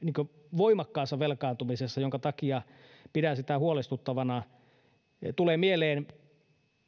voimakkaassa velkaantumisessa minkä takia pidän sitä huolestuttavana tulee mieleen